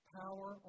power